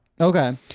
Okay